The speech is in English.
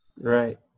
Right